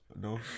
no